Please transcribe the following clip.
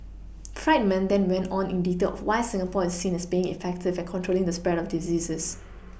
friedman then went on in detail of why Singapore is seen as being effective at controlling the spread of diseases